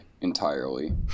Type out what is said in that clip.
entirely